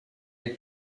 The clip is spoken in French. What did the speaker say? est